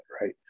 right